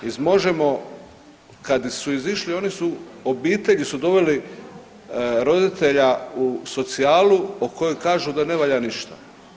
Iz MOŽEMO kad su izišli, oni su, obitelji su doveli roditelja u socijalu o kojoj kažu da ne valja ništa.